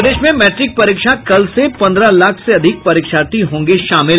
प्रदेश में मैट्रिक परीक्षा कल से पंद्रह लाख से अधिक परीक्षार्थी होंगे शामिल